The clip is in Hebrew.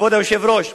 כבוד היושב-ראש.